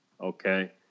Okay